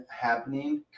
happening